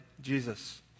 Jesus